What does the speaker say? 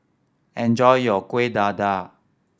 enjoy your Kuih Dadar